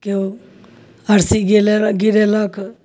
केओ हरसि गिरे गिरेलक